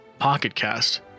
PocketCast